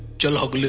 job?